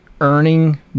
earning